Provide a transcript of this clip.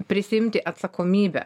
prisiimti atsakomybę